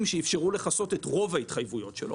שאפשרו לכסות את רוב ההתחייבויות שלו.